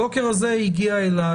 הבוקר הזה הגיעה אליי,